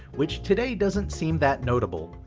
which today doesn't seem that notable.